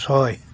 ছয়